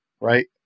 Right